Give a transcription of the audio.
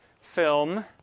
film